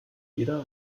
jeder